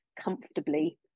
comfortably